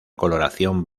coloración